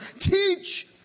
teach